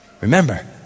Remember